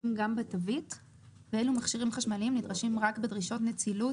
גם בתווית ואילו מכשירים חשמליים נדרשים רק בדרישות נצילות,